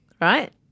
right